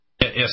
Yes